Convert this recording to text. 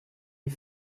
est